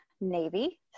Navy